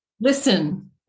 Listen